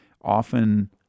often